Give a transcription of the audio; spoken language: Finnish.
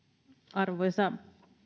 arvoisa